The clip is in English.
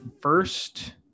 first